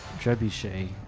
trebuchet